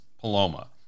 Paloma